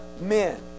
men